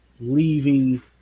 leaving